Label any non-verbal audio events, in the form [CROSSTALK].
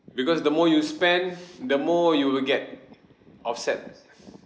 because the more you spend [BREATH] the more you will get offsets [BREATH]